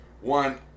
one